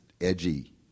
edgy